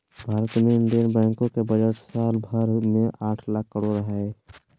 भारत मे इन्डियन बैंको के बजट साल भर मे आठ लाख करोड के हय